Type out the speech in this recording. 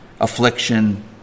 affliction